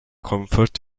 comfort